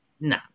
No